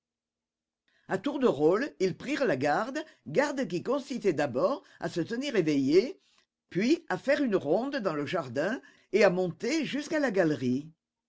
à tour de rôle ils prirent la garde garde qui consistait d'abord à se tenir éveillé puis à faire une ronde dans le jardin et à monter jusqu'à la galerie